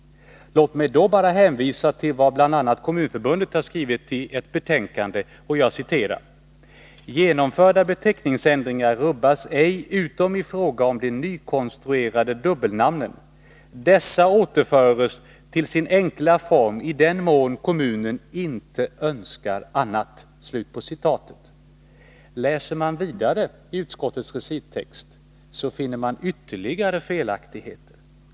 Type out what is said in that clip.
Låt mig då bara hänvisa till vad bl.a. Kommunförbundet har skrivit i ett betänkande: ”Genomförda beteckningsändringar rubbas ej utom i fråga om de nykonstruerade dubbelnamnen. Dessa återföres till sin enkla form i den mån kommunen inte önskar annat.” Läser man vidare i utskottets recittext, finner man ytterligare felaktigheter.